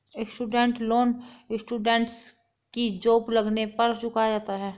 student loan students की job लगने पर चुकाया जाता है